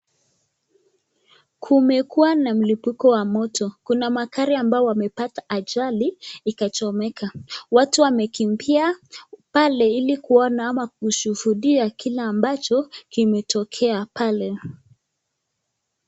Kumekuwa na mlipuko wa moto. Kuna magari ambao wamepata ajali ikachomeka. Watu wamekimbia pale ili kuona ama kushuhudia kile ambacho kimetokea pale.